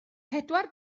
pedwar